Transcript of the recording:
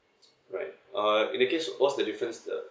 right uh in the case what's the difference uh